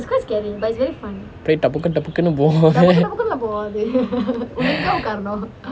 போயிட்டு டபக்கு டபக்குன்னு போகும் இல்லை:poyiru dabukku dabakunnu pokum illai